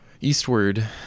Eastward